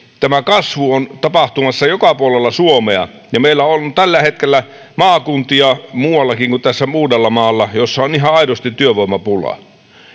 tämä kasvu on tapahtumassa joka puolella suomea meillä on tällä hetkellä muuallakin kuin uudellamaalla maakuntia joissa on ihan aidosti työvoimapula on